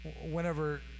whenever